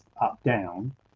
up-down